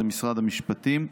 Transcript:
זה משרד המשפטים.